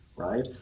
right